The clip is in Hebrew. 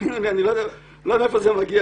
תאמינו לי, אני לא יודע מאיפה זה מגיע.